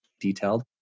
detailed